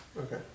Okay